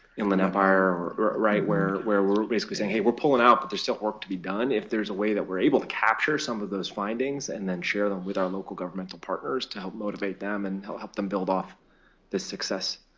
inland empire where where we're basically saying, hey, we're pulling out, but there's still work to be done. if there is a way that we're able to capture some of those findings and then share them with our local governmental partners to help motivate them and and help help them build off the success.